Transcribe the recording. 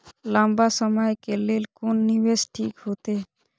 लंबा समय के लेल कोन निवेश ठीक होते?